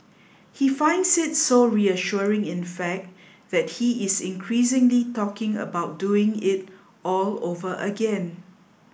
he finds it so reassuring in fact that he is increasingly talking about doing it all over again